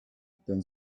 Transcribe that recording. then